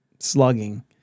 slugging